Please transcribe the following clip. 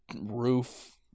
roof